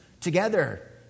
Together